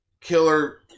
killer